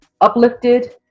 uplifted